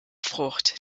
frucht